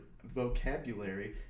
Vocabulary